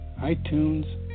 iTunes